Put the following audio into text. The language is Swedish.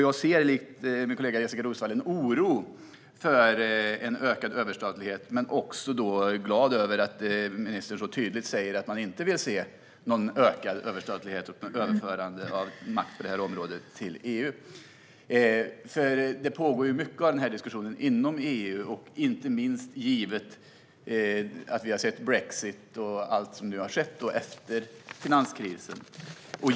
Jag ser likt min kollega Jessika Roswall en oro för en ökad överstatlighet, men jag är också glad över att ministern så tydligt säger att man inte vill se någon ökad överstatlighet och något överförande av makt på det här området till EU. Mycket av den diskussionen pågår ju inom EU, inte minst givet att vi har sett brexit och allt som har skett efter finanskrisen.